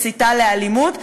מסיתה לאלימות,